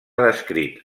descrit